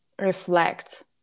reflect